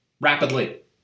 rapidly